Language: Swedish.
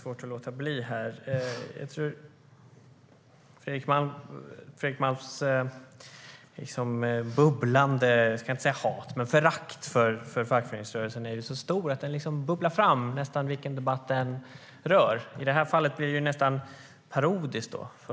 Herr talman! Jag har svårt att låta bli att begära ordet. Fredrik Malms förakt för fackföreningsrörelsen är så stort att det bubblar fram i vilken debatt det än är. I det här fallet blir det nästan parodiskt.